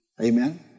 amen